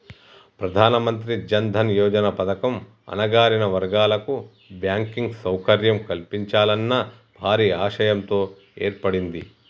ప్రధానమంత్రి జన్ దన్ యోజన పథకం అణగారిన వర్గాల కు బ్యాంకింగ్ సౌకర్యం కల్పించాలన్న భారీ ఆశయంతో ఏర్పడింది